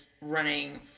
running